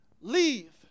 leave